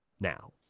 now